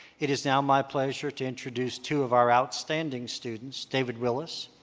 it is now my pleasure to introduce two of our outstanding students, david willis,